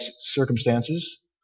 circumstances